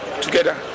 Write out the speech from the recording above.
together